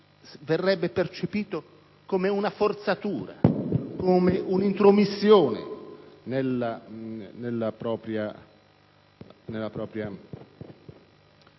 verrebbe percepito come una forzatura ed un'intromissione nella sua